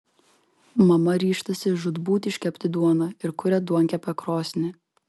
mama ryžtasi žūtbūt iškepti duoną ir kuria duonkepę krosnį